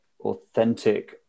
authentic